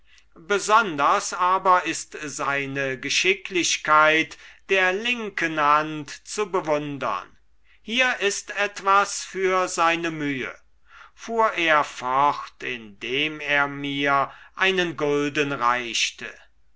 besonders aber ist seine geschicklichkeit der linken hand zu bewundern hier ist etwas für seine mühe fuhr er fort indem er mir einen gulden reichte